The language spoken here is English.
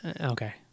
Okay